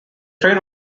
train